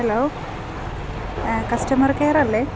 hello customer കെയറല്ലേ